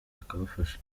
bakabafasha